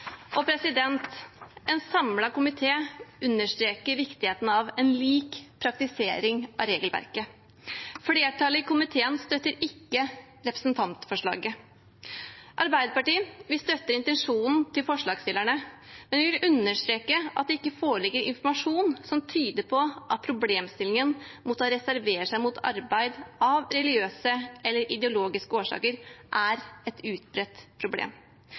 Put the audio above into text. En samlet komité understreker viktigheten av en lik praktisering av regelverket. Flertallet i komiteen støtter ikke representantforslaget. Arbeiderpartiet støtter intensjonen til forslagsstillerne, men vi vil understreke at det ikke foreligger informasjon som tyder på at problemstillingen om å reservere seg mot arbeid av religiøse eller ideologiske årsaker er et utbredt problem.